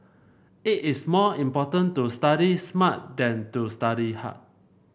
it is more important to study smart than to study hard